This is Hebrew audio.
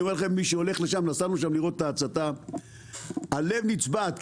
נסענו לשם לראות את ההצתה והלב נצבט,